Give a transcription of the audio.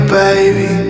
baby